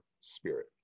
spirit